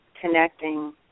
connecting